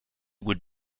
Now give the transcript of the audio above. would